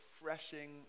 Refreshing